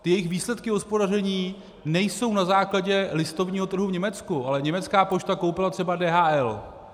Její výsledky hospodaření nejsou na základě listovního trhu v Německu, ale německá pošta koupila třeba DHL.